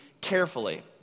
carefully